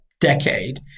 decade